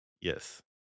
Yes